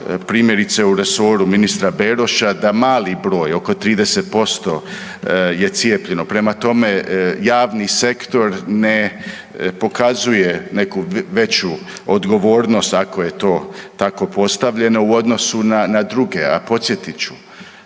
primjerice u resoru ministra Beroša da mali broj oko 30% je cijepljeno. Prema tome, javni sektor ne pokazuje neku veću odgovornost ako je to tako postavljeno u odnosu na druge. A podsjetit